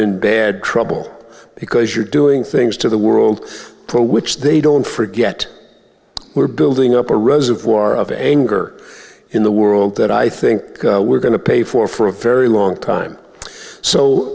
in bad trouble because you're doing things to the world for which they don't forget we're building up a reservoir of anger in the world that i think we're going to pay for for a very long time so